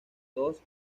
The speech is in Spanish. dos